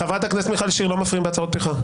חברת הכנסת מיכל שיר, לא מפריעים בהצהרות פתיחה.